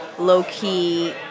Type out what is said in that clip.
low-key